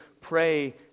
pray